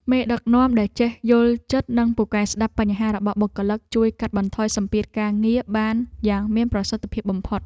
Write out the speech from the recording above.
មេដឹកនាំដែលចេះយល់ចិត្តនិងពូកែស្ដាប់បញ្ហារបស់បុគ្គលិក ជួយកាត់បន្ថយសម្ពាធការងារបានយ៉ាងមានប្រសិទ្ធភាពបំផុត។